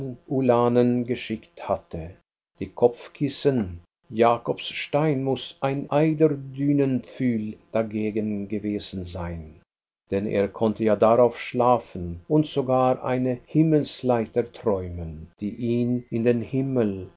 ulanen geschickt hatte die kopfkissen jakobs stein muß ein eiderdunenpfühl dagegen gewesen sein denn er konnte ja darauf schlafen und sogar eine himmelsleiter träumen die ihn in den himmel es